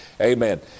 amen